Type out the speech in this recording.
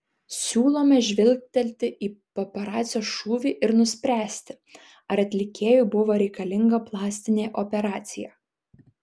siūlome žvilgtelti į paparacio šūvį ir nuspręsti ar atlikėjui buvo reikalinga plastinė operacija